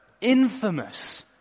infamous